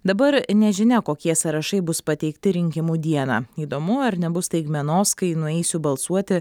dabar nežinia kokie sąrašai bus pateikti rinkimų dieną įdomu ar nebus staigmenos kai nueisiu balsuoti